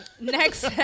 next